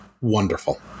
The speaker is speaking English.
wonderful